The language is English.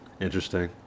interesting